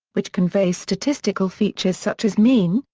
which convey statistical features such as mean,